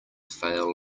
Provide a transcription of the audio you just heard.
fail